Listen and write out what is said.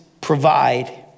provide